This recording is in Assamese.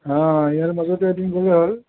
ইয়াৰ মাজতে এদিন গ'লে হ'ল